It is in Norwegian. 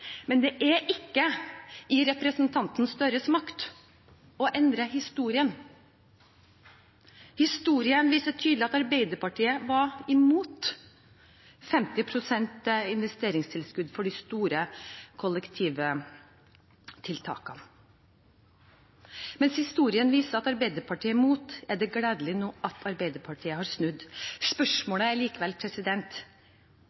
men det er ikke i representanten Gahr Støres makt å endre historien. Historien viser tydelig at Arbeiderpartiet var imot 50 pst. investeringstilskudd for de store kollektivtiltakene. Mens historien viser at Arbeiderpartiet var imot, er det gledelig at Arbeiderpartiet nå har snudd.